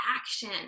action